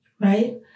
right